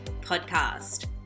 podcast